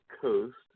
Coast